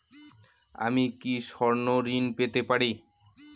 আমি কি স্বর্ণ ঋণ পেতে পারি?